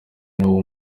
nawo